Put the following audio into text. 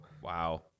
Wow